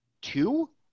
two